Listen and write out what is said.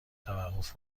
توقف